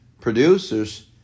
Producers